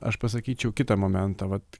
aš pasakyčiau kitą momentą vat